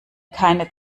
keine